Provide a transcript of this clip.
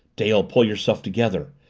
dale, pull yourself together!